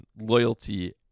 loyalty